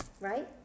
right